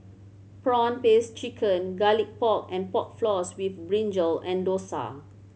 prawn paste chicken Garlic Pork and Pork Floss with brinjal and dosa